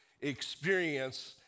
experience